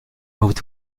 moved